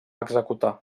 executar